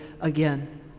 again